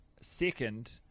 second